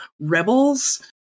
Rebels